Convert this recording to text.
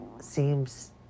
seems